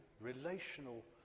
relational